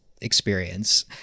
experience